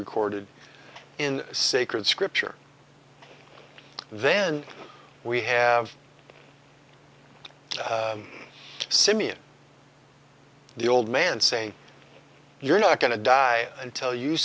recorded in sacred scripture then we have simeon the old man saying you're not going to die until you